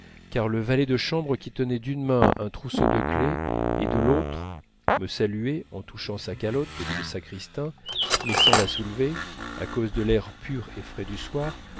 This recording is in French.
car le valet de chambre qui tenait d'une main un trousseau de clefs et de l'autre me saluait en touchant sa calotte de sacristain mais sans la soulever à cause de l'air pur et frais du soir